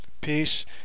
peace